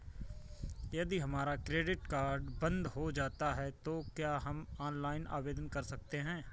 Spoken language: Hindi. यदि हमारा क्रेडिट कार्ड बंद हो जाता है तो क्या हम ऑनलाइन आवेदन कर सकते हैं?